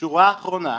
שורה אחרונה: